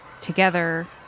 together